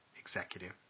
executive